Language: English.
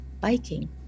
biking